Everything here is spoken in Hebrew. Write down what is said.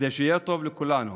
כדי שיהיה טוב לכולנו